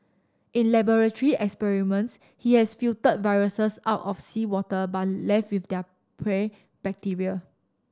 in laboratory experiments he has filtered viruses out of seawater but left with their prey bacteria